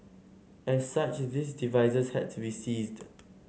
as such these devices had to be seized